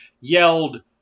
yelled